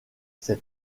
cet